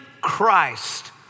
Christ